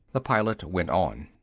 the pilot went on.